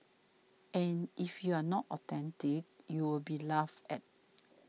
and if you are not authentic you will be laughed at